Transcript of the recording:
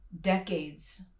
decades